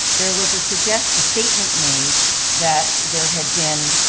there was a suggestion, a statement made that there had been